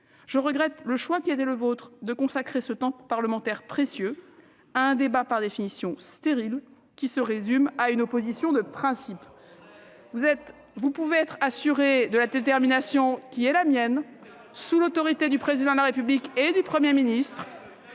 Je regrette le choix qui a été le vôtre de consacrer ce temps parlementaire précieux à un débat par définition stérile, qui se résume à une opposition de principe. C'est sûr ! Soyez assurés de la détermination qui est la mienne, sous l'autorité du Président de la République et du Premier ministre,